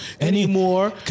Anymore